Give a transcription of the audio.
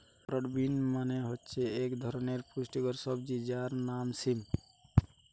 broad bean মানে হচ্ছে এক ধরনের পুষ্টিকর সবজি যার নাম সিম